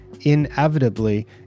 inevitably